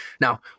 Now